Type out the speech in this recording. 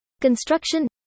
construction